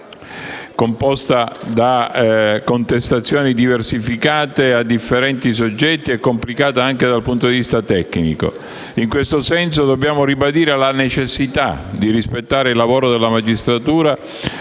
in diversi filoni, composta da contestazioni diversificate a differenti soggetti e complicata anche dal punto di vista tecnico. In questo senso dobbiamo ribadire la necessità di rispettare il lavoro della magistratura,